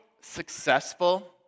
successful